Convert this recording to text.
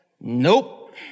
nope